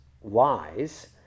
wise